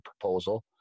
proposal